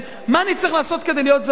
מה אני צריך לעשות כדי להיות זכאי,